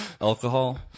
Alcohol